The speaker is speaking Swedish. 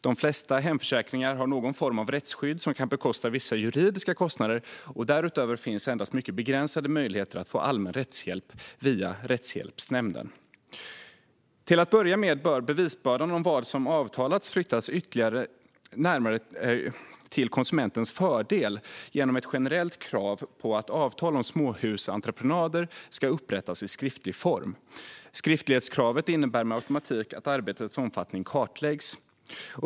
De flesta hemförsäkringar har någon form av rättsskydd som kan täcka vissa juridiska kostnader. Därutöver finns endast mycket begränsade möjligheter att få allmän rättshjälp via Rättshjälpsnämnden. Till att börja med bör bevisbördan i fråga om vad som avtalats flyttas ytterligare till konsumentens fördel genom ett generellt krav på att avtal om småhusentreprenader ska upprättas i skriftlig form. Skriftlighetskravet innebär med automatik att arbetets omfattning klarläggs.